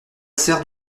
sert